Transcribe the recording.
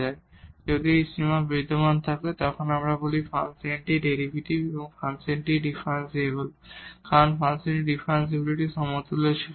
সুতরাং যদি এই সীমা বিদ্যমান থাকে আমরা বলি যে ফাংশনটি ডেরিভেটিভ বা ফাংশনটি ডিফারেনশিবল কারণ এটি ফাংশনের ডিফারেনশিবিলিটির সমতুল্য ছিল